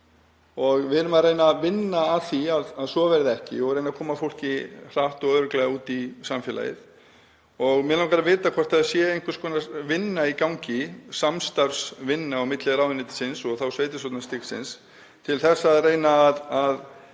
Við erum að reyna að vinna að því að svo verði ekki og reyna að koma fólki hratt og örugglega út í samfélagið. Mig langar að vita hvort það sé einhvers konar vinna í gangi, samstarfsvinna milli ráðuneytisins og sveitarstjórnarstigsins, til þess að reyna að